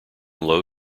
low